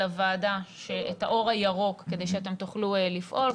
הוועדה את האור הירוק כדי שאתם תוכלו לפעול,